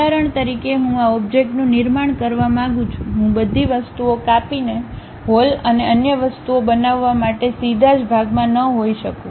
ઉદાહરણ તરીકે હું આ ઓબ્જેક્ટનું નિર્માણ કરવા માંગું છું હું બધી વસ્તુઓ કાપીને હોલ અને અન્ય વસ્તુઓ બનાવવા માટે સીધા જ ભાગમાં ન હોઈ શકું